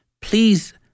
please